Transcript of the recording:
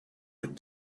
could